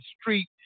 street